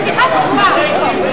חתיכת צבועה.